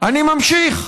אני ממשיך.